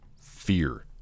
fear